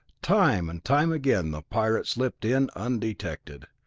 time and time again the pirate slipped in undetected.